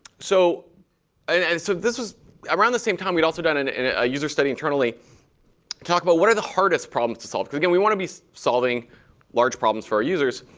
so and and so this was around the same time, we'd also done and and ah a user study internally to talk about what are the hardest problems to solve? because, again, we want to be solving large problems for our users.